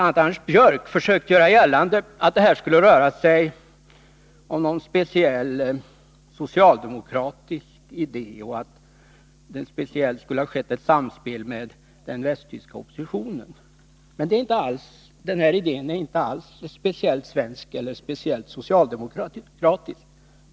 a. Anders Björck har försökt göra gällande att det här skulle röra sig om en speciell socialdemokratisk idé och att det skulle ha skett ett samspel med särskilt den västtyska oppositionen. Denna idé är inte alls speciellt svensk eller socialdemokratisk.